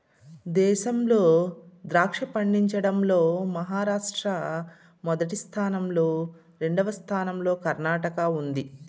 దేశంలో ద్రాక్ష పండించడం లో మహారాష్ట్ర మొదటి స్థానం లో, రెండవ స్థానం లో కర్ణాటక ఉంది